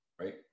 Right